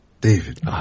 David